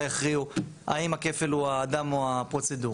יכריעו האם הכפל הוא האדם או הפרוצדורה.